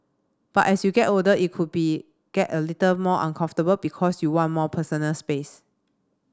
but as you get older it could be get a little more uncomfortable because you want more personal space